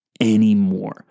anymore